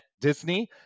Disney